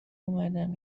اومدم